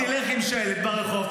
תלך עם שלט ברחוב,